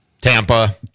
Tampa